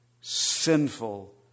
sinful